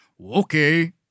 Okay